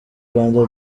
rwanda